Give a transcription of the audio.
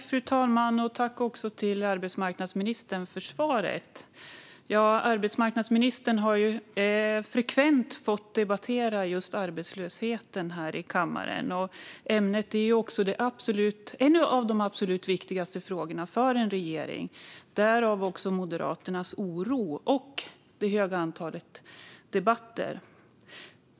Fru talman! Tack, arbetsmarknadsministern, för svaret! Arbetsmarknadsministern har frekvent fått debattera just arbetslösheten här i kammaren. Ämnet är också ett av de absolut viktigaste för en regering, därav Moderaternas oro och det höga antalet debatter.